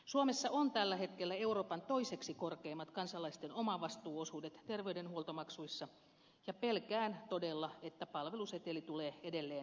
suomessa on tällä hetkellä euroopan toiseksi korkeimmat kansalaisten omavastuuosuudet terveydenhuoltomaksuissa ja pelkään todella että palveluseteli tulee edelleen lisäämään niitä